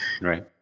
Right